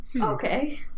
Okay